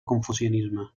confucianisme